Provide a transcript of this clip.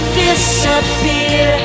disappear